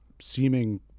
seeming